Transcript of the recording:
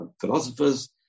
philosophers